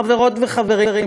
חברות וחברים,